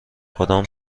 کدام